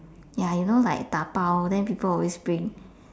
ya you know like dabao then people always bring